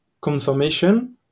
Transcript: confirmation